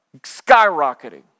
skyrocketing